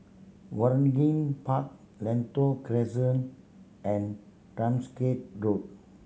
Waringin Park Lentor Crescent and Ramsgate Road